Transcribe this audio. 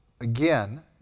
Again